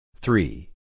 three